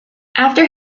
after